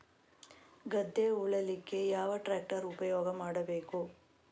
ಗದ್ದೆ ಉಳಲಿಕ್ಕೆ ಯಾವ ಟ್ರ್ಯಾಕ್ಟರ್ ಉಪಯೋಗ ಮಾಡಬೇಕು?